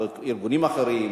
ארגונים אחרים,